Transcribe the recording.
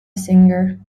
singer